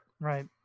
Right